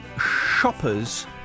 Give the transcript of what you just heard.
shoppers